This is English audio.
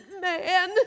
man